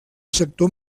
sector